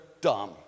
dumb